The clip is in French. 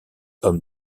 homme